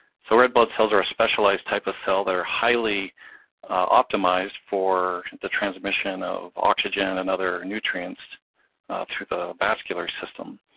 so red blood cells are a specialized type of cell that are highly optimized for the transmission of oxygen and other nutrients through the vascular system.